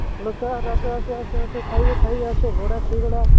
hello sir ଆସ ଆସ ଆସ ଆସ ଖାଇବ ଖାଇବ ଆସ ବରା ସିଙ୍ଗଡ଼ା